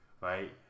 right